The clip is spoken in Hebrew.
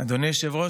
אדוני היושב-ראש,